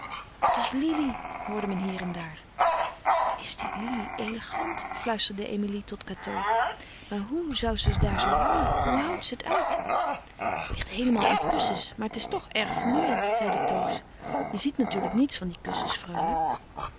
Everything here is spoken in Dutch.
het is lili hoorde men hier en daar wat is die lili elegant fluisterde emilie tot cateau maar hoe zoû ze daar zoo hangen hoe houd ze het uit ze ligt heelemaal in kussens maar het is toch erg vermoeiend zeide toos je ziet natuurlijk niets van die kussens